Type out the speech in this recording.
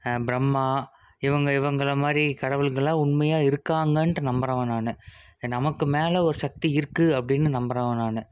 பிரம்மா இவங்க இவங்கள மாதிரி கடவுகளெலாம் உண்மையாக இருக்காங்கன்ட்டு நம்புகிறவன் நான் நமக்கு மேலே ஒரு சக்தி இருக்குது அப்படின்னு நம்புகிறவன் நான்